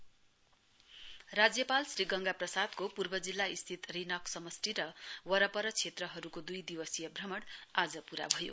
governor दूर राज्यपाल श्री गंगा प्रसादको पूर्व जिल्ला स्थित रिनक समष्टि र वरपर क्षेत्रहरूको द्ई दिवसीय भ्रमण आज पूरा भयो